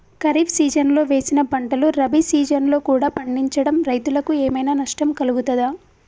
ఖరీఫ్ సీజన్లో వేసిన పంటలు రబీ సీజన్లో కూడా పండించడం రైతులకు ఏమైనా నష్టం కలుగుతదా?